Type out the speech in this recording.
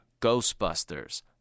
Ghostbusters